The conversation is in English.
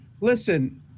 Listen